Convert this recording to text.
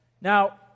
Now